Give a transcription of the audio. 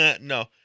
No